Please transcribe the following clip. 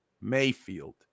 Mayfield